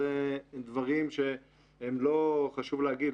אלה דברים שחשוב להגיד,